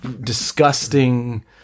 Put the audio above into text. disgusting